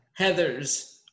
Heathers